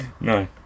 No